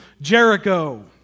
Jericho